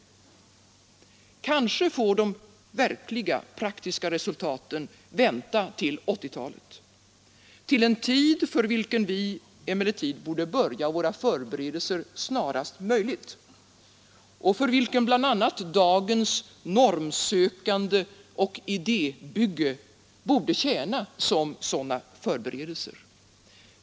Kanske får de verkliga praktiska resultaten vänta till 1980-talet, till en tid för vilken vi emellertid borde börja våra förberedelser snarast möjligt och för vilken bl.a. dagens normsökande och idébygge borde tjäna som sådana förberedelser.